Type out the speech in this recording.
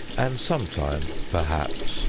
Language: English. and sometime, perhaps,